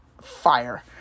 fire